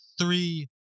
three